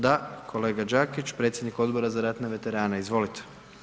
Da, kolega Đakić, predsjednik Odbora za ratne veterane, izvolite.